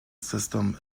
system